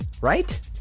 right